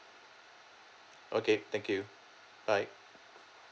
okay thank you bye